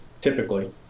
typically